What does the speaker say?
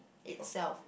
itself